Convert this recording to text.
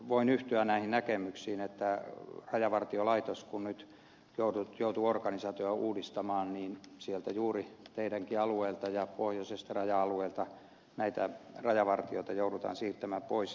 voin yhtyä näihin näkemyksiin että kun rajavartiolaitos nyt joutuu organisaatiota uudistamaan niin juuri sieltä teidänkin alueeltanne ja pohjoisesta raja alueelta näitä rajavartijoita joudutaan siirtämään pois